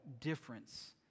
difference